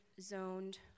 zoned